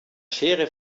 schere